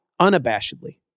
unabashedly